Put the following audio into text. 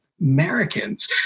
Americans